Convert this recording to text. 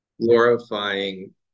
glorifying